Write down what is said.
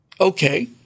okay